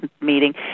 meeting